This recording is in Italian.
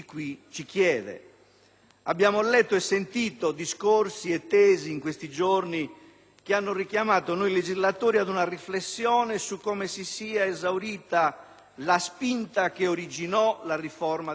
abbiamo letto e sentito tesi e discorsi che hanno richiamato noi legislatori ad una riflessione su come si sia esaurita la spinta che originò la riforma del Titolo V